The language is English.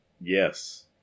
yes